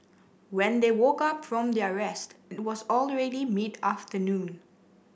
when they woke up from their rest it was already mid afternoon